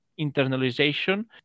internalization